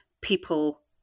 people